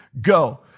Go